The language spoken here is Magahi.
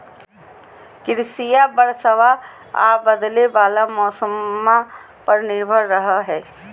कृषिया बरसाबा आ बदले वाला मौसम्मा पर निर्भर रहो हई